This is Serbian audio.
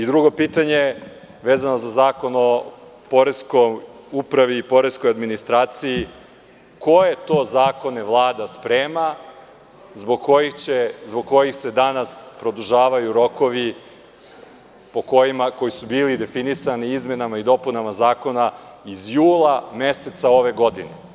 Drugo pitanje, vezano za Zakon o poreskoj upravi i poreskoj administraciji, koje to zakone Vlada sprema zbog kojih se danas produžavaju rokovi koji su bili definisani izmenama i dopunama zakona iz jula meseca ove godine?